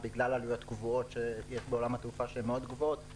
בגלל עלויות קבועות שיש בעולם התעופה שהן גבוהות מאוד,